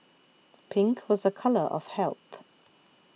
pink was a colour of health